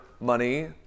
money